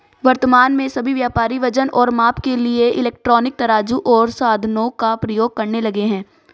वर्तमान में सभी व्यापारी वजन और माप के लिए इलेक्ट्रॉनिक तराजू ओर साधनों का प्रयोग करने लगे हैं